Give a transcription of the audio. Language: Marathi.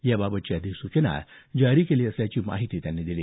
या बाबतची अधिसूचना जारी केली असल्याची माहिती त्यांनी दिली